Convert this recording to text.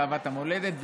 אהבת המולדת.